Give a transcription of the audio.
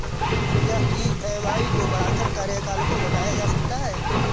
क्या ई.एम.आई को बढ़ाकर कार्यकाल को घटाया जा सकता है?